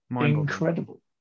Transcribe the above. incredible